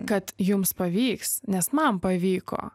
kad jums pavyks nes man pavyko